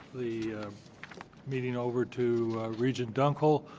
the meeting over to regent dunkel.